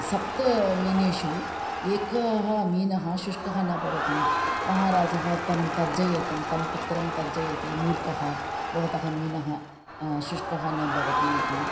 सप्त मीनेषु एकः मीनः शुष्कः न भवति महाराजः तं तर्जयति तं पुत्रं तर्जयति मूर्खः भवतः मीनः शुष्कः न भवति इति